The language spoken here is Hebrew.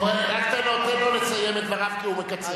טוב, רק תן לו לסיים את דבריו, כי הוא מקצר.